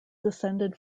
descended